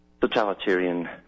totalitarian